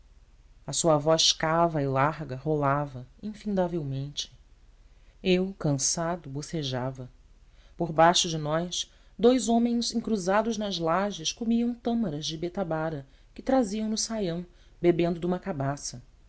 a sua voz cava e larga rolava infindavelmente eu cansado bocejava por baixo de nós dous homens encruzados nas lajes comiam tâmaras de betabara que traziam no saião bebendo de uma cabaça